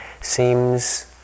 seems